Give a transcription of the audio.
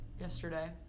yesterday